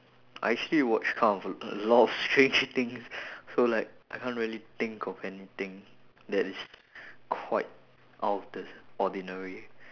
I actually watched kind of a lot of stranger things so like I can't really think of anything that is quite out of the ordinary